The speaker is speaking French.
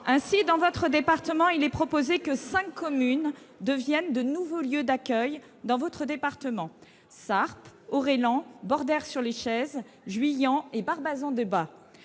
Ainsi, madame la sénatrice, il est proposé que cinq communes deviennent de nouveaux lieux d'accueil dans votre département : Sarp, Aureilhan, Bordères-sur-l'Échez, Juillan et Barbazan-Debat.